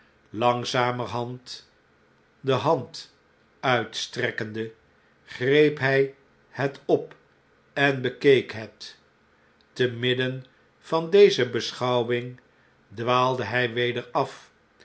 langzamerhand de hand uitstrekkende greep hjj het op en bekeek het te midden van deze beschouwing dwaaldehg weder af